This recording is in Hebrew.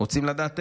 רוצים לדעת איך?